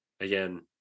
again